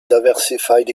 diversified